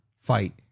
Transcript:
fight